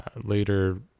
later